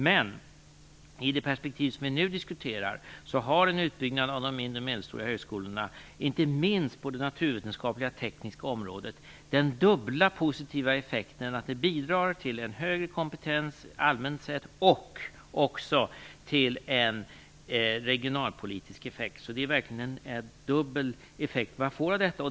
Men i det perspektiv vi nu diskuterar har en utbyggnad av de mindre och medelstora högskolorna, inte minst på de naturvetenskapliga och tekniska områdena, den dubbla positiva effekten att bidra dels till en högre kompetens allmänt sett, dels till regionalpolitiken. Man får alltså verkligen en dubbel effekt av detta.